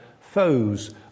foes